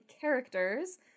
characters